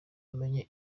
amenya